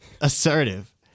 assertive